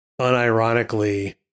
unironically